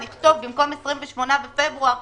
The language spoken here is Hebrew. במקום שנכתוב 28 בפברואר,